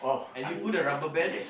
and you put the rubber band